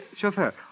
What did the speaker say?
chauffeur